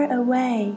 away